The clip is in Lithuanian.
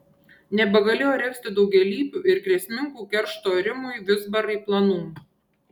nebegalėjo regzti daugialypių ir grėsmingų keršto rimui vizbarai planų